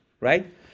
right